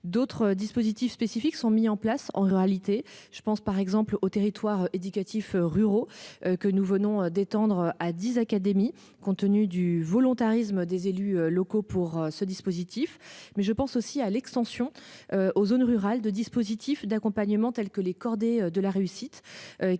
D'autres dispositifs spécifiques sont mis en place en réalité je pense par exemple aux territoires éducatif ruraux que nous venons d'étendre à 10 académie compte tenu du volontarisme des élus locaux pour ce dispositif, mais je pense aussi à l'extension aux zones rurales de dispositifs d'accompagnement, telles que les cordées de la réussite.